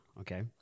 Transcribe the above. Okay